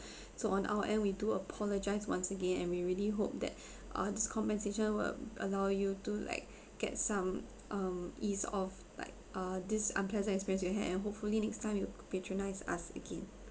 so on our end we do apologise once again and we really hope that uh this compensation will allow you to like get some um ease of like uh this unpleasant experience you had and hopefully next time you patronise us again